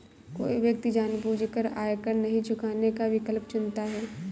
कोई व्यक्ति जानबूझकर आयकर नहीं चुकाने का विकल्प चुनता है